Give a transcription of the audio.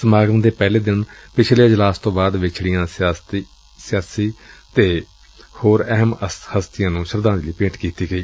ਸਮਾਗਮ ਦੇ ਪਹਿਲੇ ਦਿਨ ਪਿਛਲੇ ਅਜਲਾਸ ਤੋਂ ਬਾਅਦ ਵਿਛਤੀਆਂ ਸਿਆਸੀ ਅਤੇ ਹੈਰ ਅਹਿਮ ਹਸਤੀਆਂ ਨੁੰ ਸ਼ਰਧਾਂਜਲੀ ਭੇਟ ਕੀਤੀ ਗਈ